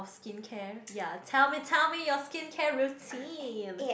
skincare ya tell me tell me your skincare routine